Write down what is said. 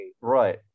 Right